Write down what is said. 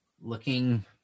looking